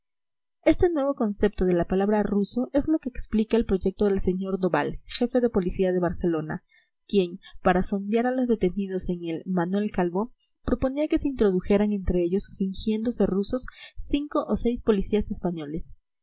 este nuevo concepto de la palabra ruso es lo que explica el proyecto del sr doval jefe de policía de barcelona quien para sondear a los detenidos en el manuel calvo proponía que se introdujeran entre ellos fingiéndose rusos cinco o seis policías españoles